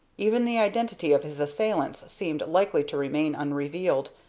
even the identity of his assailants seemed likely to remain unrevealed,